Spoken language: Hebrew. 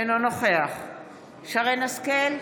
אינו נוכח שרן מרים השכל,